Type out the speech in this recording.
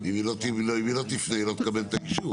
אם היא לא תפנה, היא לא תקבל את האישור.